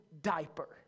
diaper